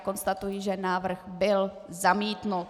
Konstatuji, že návrh byl zamítnut.